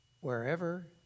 Wherever